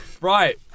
Right